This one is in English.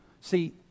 See